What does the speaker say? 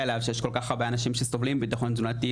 אליו שיש כל כך הרבה אנשים שסובלים מביטחון תזונתי,